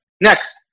Next